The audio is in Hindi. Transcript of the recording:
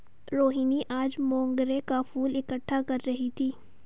रोहिनी आज मोंगरे का फूल इकट्ठा कर रही थी